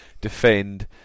defend